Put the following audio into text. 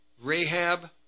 Rahab